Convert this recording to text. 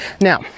Now